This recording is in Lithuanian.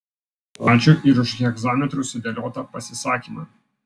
ačiū ir už hegzametru sudėliotą pasisakymą